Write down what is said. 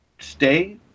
stay